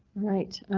right,